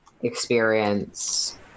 experience